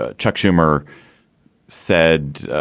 ah chuck schumer said, oh,